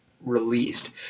released